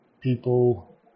people